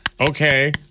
Okay